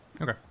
Okay